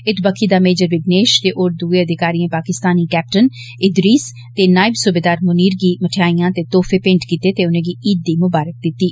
इत्त बक्खी दा मेजर विगनेश ते होर दुए अधिकारियें पाकिस्तानी कैप्टन इदरीस ते नायब सूबेदार मुनीर गी मठाइयां ते तोफे भेंट कीते ते उनेंगी ईद दी मुबारक दित्ती